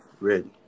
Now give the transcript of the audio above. Ready